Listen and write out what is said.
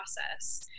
process